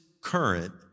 current